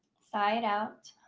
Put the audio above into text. sigh it out.